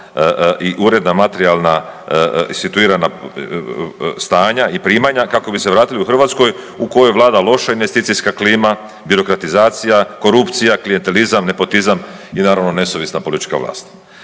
i uredna materijalna i situirana stanja i primanja, kako bi se vratili u Hrvatskoj u kojoj vlada loša investicijska klima, birokratizacija, korupcija, klijentelizam, nepotizam, i naravno, nesuvisla politička vlast.